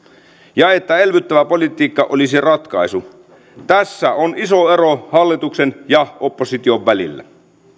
ja että elvyttävä politiikka olisi ratkaisu tässä on iso ero hallituksen ja opposition välillä